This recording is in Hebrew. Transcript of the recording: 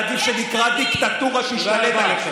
הנגיף היחידי זה הנגיף שנקרא דיקטטורה שהשתלט עליכם.